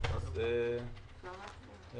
אז אני